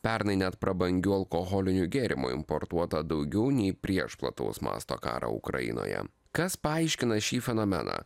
pernai net prabangių alkoholinių gėrimų importuota daugiau nei prieš plataus masto karą ukrainoje kas paaiškina šį fenomeną